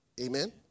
Amen